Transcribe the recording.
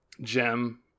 Gem